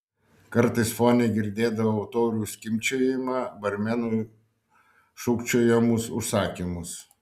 kartais fone girdėdavau taurių skimbčiojimą barmenui šūkčiojamus užsakymus